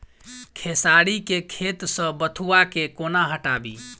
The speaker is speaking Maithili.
खेसारी केँ खेत सऽ बथुआ केँ कोना हटाबी